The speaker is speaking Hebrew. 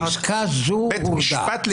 פסקה זאת הורדה.